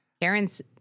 karen's